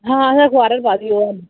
आं असें अखबारै ई पाई दी ही ओह्